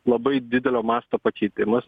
labai didelio masto pakeitimas